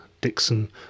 Dixon